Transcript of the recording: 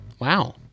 Wow